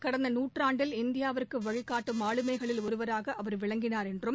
கடந்த நூற்றாண்டில் இந்தியாவுக்கு வழிகாட்டும் ஆளுமைகளில் ஒருவராக அவர் விளங்கினார் என்றும்